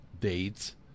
dates